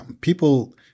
people